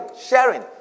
sharing